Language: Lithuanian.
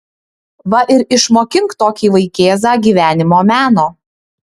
va ir išmokink tokį vaikėzą gyvenimo meno